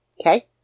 Okay